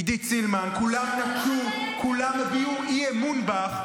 עידית סילמן, כולם נטשו, כולם הביעו אי-אמון בך.